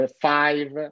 five